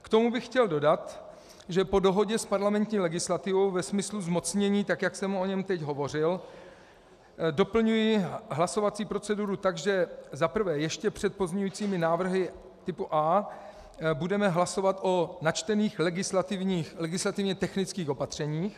K tomu bych chtěl dodat, že po dohodě s parlamentní legislativou ve smyslu zmocnění, tak jak jsem o něm teď hovořil, doplňuji hlasovací proceduru tak, že za prvé ještě před pozměňujícími návrhy typu A budeme hlasovat o načtených legislativně technických opatřeních.